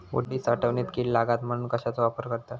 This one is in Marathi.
उडीद साठवणीत कीड लागात म्हणून कश्याचो वापर करतत?